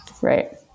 right